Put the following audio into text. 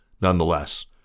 Nonetheless